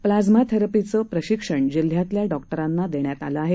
plasma थेरपीचं प्रशिक्षण जिल्ह्यातल्या डॉक्टरांना देण्यात आलं आहे